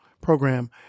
program